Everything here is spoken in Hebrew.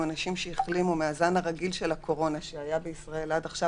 אנשים שהחלימו מהזן הרגיל של הקורונה שהיה בישראל עד עכשיו,